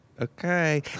okay